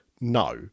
No